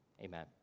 Amen